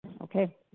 Okay